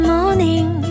Morning